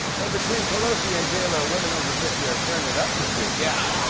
so between pelosi and j lo, women over fifty are tearing it up this week. yeah.